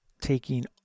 taking